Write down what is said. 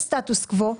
הסתייגויות.